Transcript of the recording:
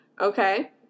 okay